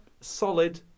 solid